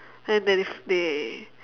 then they they